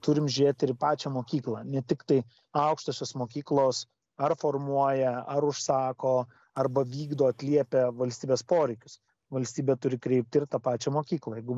turim žiūrėti ir į pačią mokyklą ne tiktai aukštosios mokyklos ar formuoja ar užsako arba vykdo atliepia valstybės poreikius valstybė turi kreipti ir tą pačią mokyklą jeigu